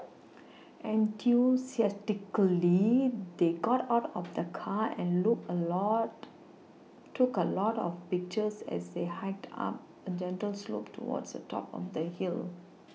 enthusiastically they got out of the car and look a lot took a lot of pictures as they hiked up a gentle slope towards the top of the hill